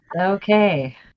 Okay